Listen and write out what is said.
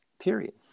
period